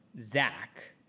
Zach